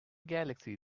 galaxy